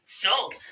sold